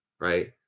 right